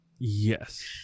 yes